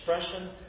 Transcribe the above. expression